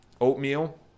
oatmeal